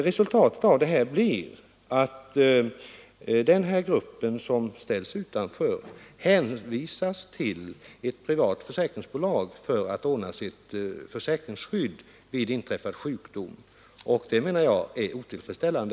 Resultatet av detta blir att den grupp som ställs utanför hänvisas till ett privat försäkringsbolag för att ordna sitt försäkringsskydd vid inträffad sjukdom, och det menar jag är otillfredsställande.